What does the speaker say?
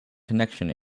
connection